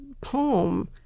poem